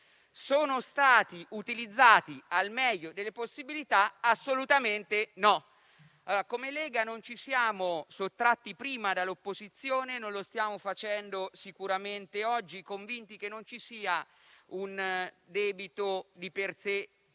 Sono stati utilizzati al meglio delle possibilità? Assolutamente no. Come Lega, non ci siamo sottratti prima dall'opposizione e non lo stiamo facendo sicuramente oggi, convinti che non ci sia un debito di per sé